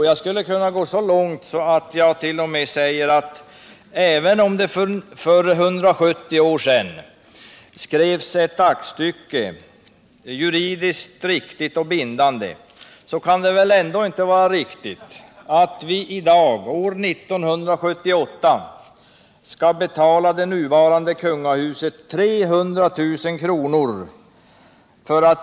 Jag skulle kunna gå så långt att jag t.o.m. säger att det, även om det aktstycke som uppgjordes för 170 år sedan var helt juridiskt riktigt och bindande, väl ändå inte kan vara befogat att vi i dag, år 1978, skall betala det nuvarande kungahuset 300 000 kr.